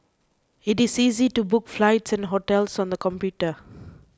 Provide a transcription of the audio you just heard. it is easy to book flights and hotels on the computer